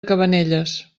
cabanelles